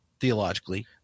theologically